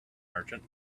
merchant